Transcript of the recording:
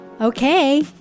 Okay